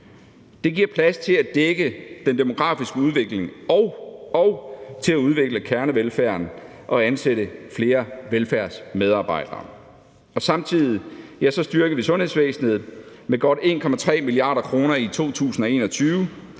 Det giver plads til at dække den demografiske udvikling og til at udvikle kernevelfærden og ansætte flere velfærdsmedarbejdere. Samtidig styrkede vi sundhedsvæsenet med godt 1,3 mia. kr. i 2021.